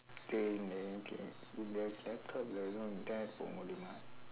dey இந்த:indtha laptoplae ஏதும்:eethum internet போக முடியுமா:pooka mudiyumaa